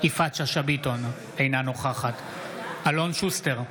יפעת שאשא ביטון, אינה נוכחת אלון שוסטר,